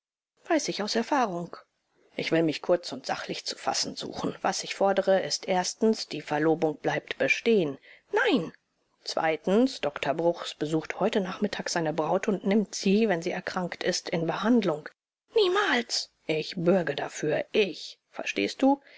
weiß ich aus erfahrung ich will mich kurz und sachlich zu fassen suchen was ich fordere ist erstens die verlobung bleibt bestehen nein zweitens doktor bruchs besucht heute nachmittag seine braut und nimmt sie wenn sie erkrankt ist in behandlung niemals ich bürge dafür ich verstehst du